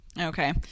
Okay